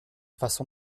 façon